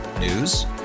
News